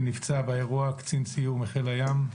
ונפצע באירוע קצין סיור מחיל הים.